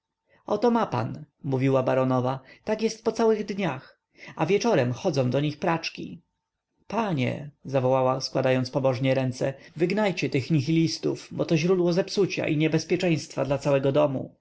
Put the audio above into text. oto ma pan mówiła baronowa tak jest po całych dniach a wieczorem chodzą do nich praczki panie zawołała składając pobożnie ręce wygnajcie tych nihilistów bo to źródło zepsucia i niebezpieczeństwa dla całego domu